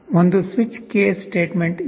ಒಂದು switch case statement ಇದೆ